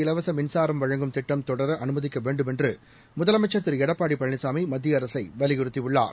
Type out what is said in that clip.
இலவசமின்சாரவழங்கும் திட்டம் தொடரஅனுமதிக்கவேண்டுமென்றுமுதலமைச்சா் திருடப்பாடிபழனிசாமிமத்தியஅரசைவலியுறுத்தியுள்ளார்